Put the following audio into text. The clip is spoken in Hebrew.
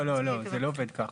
לא, לא, זה לא עובד ככה.